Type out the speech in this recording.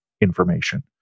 information